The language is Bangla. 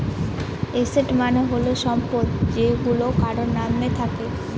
এসেট মানে হল সম্পদ যেইগুলা কারোর নাম থাকে